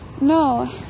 No